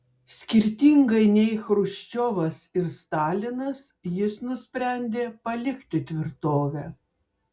skirtingai nei chruščiovas ir stalinas jis nusprendė palikti tvirtovę